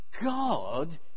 God